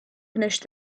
finished